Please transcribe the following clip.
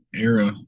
era